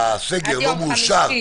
הסגר לא מאושר -- עד יום חמישי.